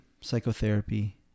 psychotherapy